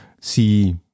see